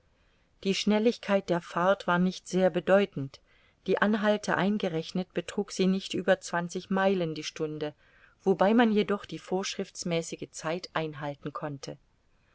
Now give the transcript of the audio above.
die schnelligkeit der fahrt war nicht sehr bedeutend die anhalte eingerechnet betrug sie nicht über zwanzig meilen die stunde wobei man jedoch die vorschriftsmäßige zeit einhalten konnte